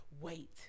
wait